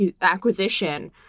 acquisition